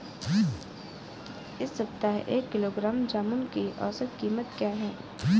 इस सप्ताह एक किलोग्राम जामुन की औसत कीमत क्या है?